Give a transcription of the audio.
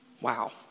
Wow